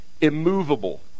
immovable